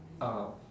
uh